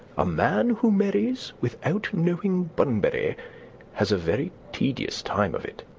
a man who marries without knowing bunbury has a very tedious time of it.